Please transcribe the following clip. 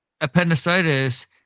appendicitis